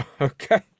Okay